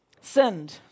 sinned